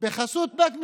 בחסות בית משפט.